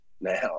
now